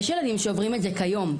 יש ילדים שעוברים את זה היום.